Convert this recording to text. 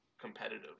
competitive